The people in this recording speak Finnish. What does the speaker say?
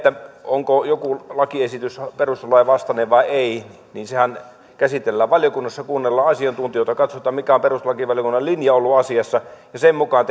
onko joku lakiesitys perustuslain vastainen vai ei sehän käsitellään valiokunnassa kuunnellaan asiantuntijoita katsotaan mikä on perustuslakivaliokunnan linja ollut asiassa ja sen mukaan